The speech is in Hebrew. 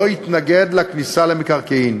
לא התנגד לכניסה למקרקעין,